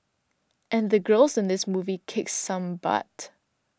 and the girls in this movie kicks some butt